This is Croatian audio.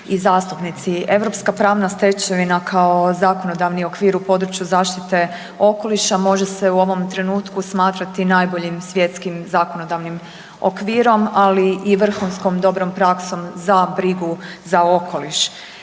i zastupnici. Europska pravna stečevina kao zakonodavni okvir u području zaštite okoliša može se u ovom trenutku smatrati najboljim svjetskim zakonodavnim okvirom, ali i vrhunskom dobrom praksom za brigu za okoliš.